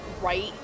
right